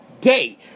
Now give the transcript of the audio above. day